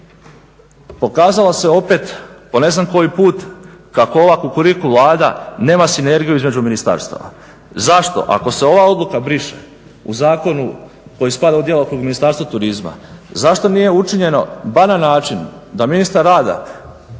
Pokazala se opet, po ne znam koji put kako ova kukuriku Vlada nema sinergiju između ministarstava. Zašto? Ako se ova odluka briše u zakonu koji spada u djelokrug Ministarstva turizma zašto nije učinjeno bar na način da ministar rada